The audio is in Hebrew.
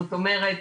זאת אומרת,